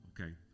okay